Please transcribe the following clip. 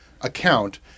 account